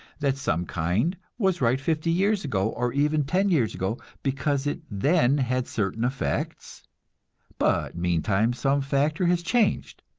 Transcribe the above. that some kind was right fifty years ago, or even ten years ago, because it then had certain effects but meantime some factor has changed,